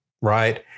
Right